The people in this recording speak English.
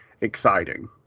exciting